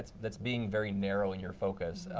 that's being very narrowing your focus.